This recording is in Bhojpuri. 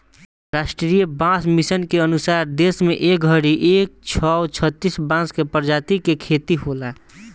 राष्ट्रीय बांस मिशन के अनुसार देश में ए घड़ी एक सौ छतिस बांस के प्रजाति के खेती होला